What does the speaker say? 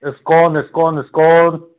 ISKCON ISKCON ISKCON